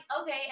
okay